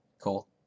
Cool